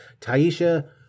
Taisha